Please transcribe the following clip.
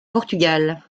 portugal